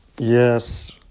Yes